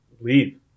leave